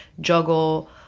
juggle